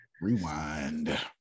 Rewind